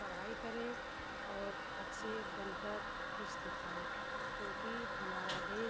पढ़ाई करें और अच्छे बनकर कुछ दिखाएँ क्योंकि हमारा देश